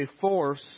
force